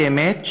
באמת,